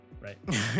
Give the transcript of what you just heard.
right